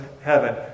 heaven